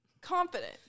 Confident